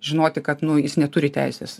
žinoti kad jis neturi teisės